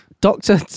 Doctor